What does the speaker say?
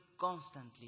constantly